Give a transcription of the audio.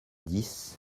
dix